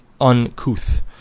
uncouth